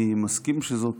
אני מסכים שזאת